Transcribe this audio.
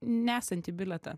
nesantį bilietą